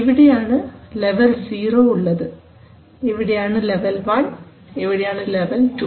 ഇവിടെയാണ് ലെവൽ 0 ഉള്ളത് ഇവിടെ ആണ് ലെവൽ 1 ഇവിടെ ആണ് ലെവൽ 2